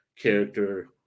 character